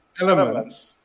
elements